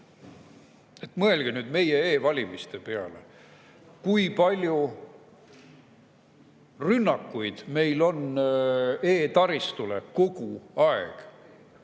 Mõelge nüüd meie e-valimiste peale. Kui palju rünnakuid on meil e-taristule kogu aeg!